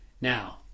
Now